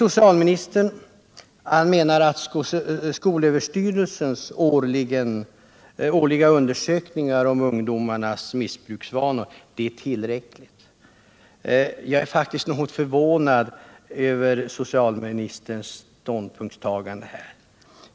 Socialministern menar att skolöverstyrelsens årliga undersökningar om ungdomars missbruksvanor är tillräckliga. Jag är faktiskt något förvånad över socialministerns ståndpunktstagande härvidlag.